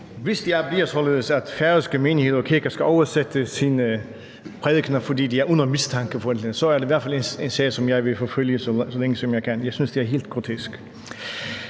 Hvis det bliver således, at færøske menigheder og kirker skal oversætte deres prædikener, fordi de er under mistanke for et eller andet, så er det i hvert fald en sag, som jeg vil forfølge, så længe jeg kan. Jeg synes, det er helt grotesk.